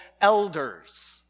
elders